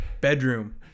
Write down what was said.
bedroom